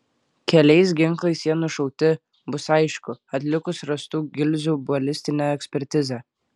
keliais ginklais jie nušauti bus aišku atlikus rastų gilzių balistinę ekspertizę